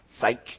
Psych